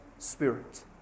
Spirit